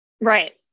Right